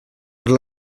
para